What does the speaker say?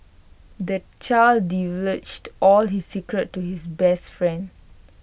the child divulged all his secrets to his best friend